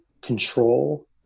control